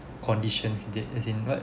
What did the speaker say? conditions is it in what